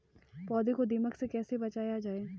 पौधों को दीमक से कैसे बचाया जाय?